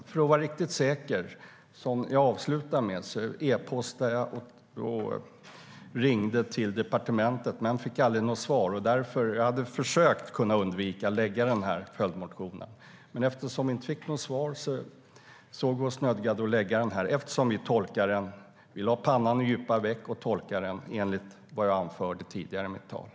För att vara riktigt säker - som jag avslutade mitt anförande med - e-postade och ringde jag till departementet, men jag fick aldrig något svar. Vi försökte undvika att väcka denna följdmotion, men eftersom jag inte fick något svar såg vi oss nödgande att väcka motionen. Vi lade pannan i djupa veck och tolkade lagen som jag sa i mitt anförande.